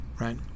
right